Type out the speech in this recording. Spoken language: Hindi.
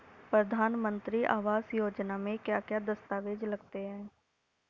प्रधानमंत्री आवास योजना में क्या क्या दस्तावेज लगते हैं?